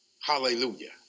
Hallelujah